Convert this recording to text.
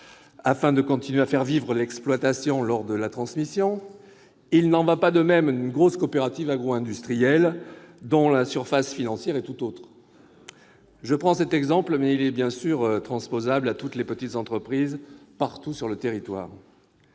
puisse continuer à vivre lors de la transmission, il n'en va pas de même d'une grosse coopérative agro-industrielle, dont la surface financière est tout autre. Il ne s'agit que d'un exemple, mais il est bien sûr transposable à toutes les petites entreprises, partout sur le territoire.